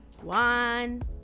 one